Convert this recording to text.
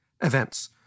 events